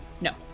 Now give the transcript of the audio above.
No